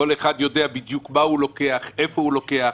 אחד יודע מה הוא לוקח, איפה הוא לוקח.